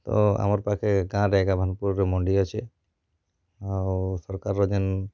ତ ଆମର୍ ପାଖେ ଗାଁରେ ଏକା ଭାନ୍ପୁର୍ରେ ମଣ୍ଡି ଅଛେ ଆଉ ସରକାର୍ର ଯେନ୍